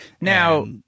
Now